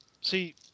see